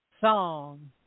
song